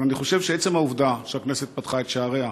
אבל אני חושב שעצם העובדה שהכנסת פתחה את שעריה